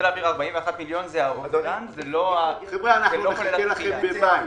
אנחנו נחכה לכם במאי